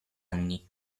anni